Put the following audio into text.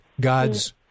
God's